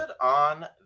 on